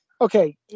Okay